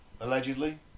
allegedly